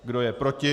Kdo je proti?